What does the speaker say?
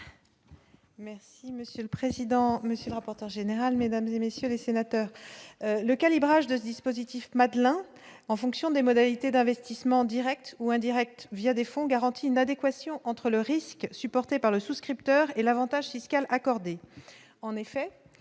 Merci monsieur le président, monsieur le rapporteur général, mesdames et messieurs les sénateurs. Le calibrage de dispositif Madelin en fonction des modalités d'investissements Directs ou indirects, via des fonds garantis une adéquation entre le risque supporté par le souscripteur et l'Avantage fiscal accordé